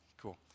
cool